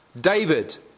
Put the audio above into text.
David